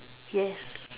yes